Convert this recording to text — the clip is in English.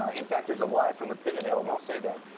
ah in fact there is a lie from the pit of hell, and i'll say that,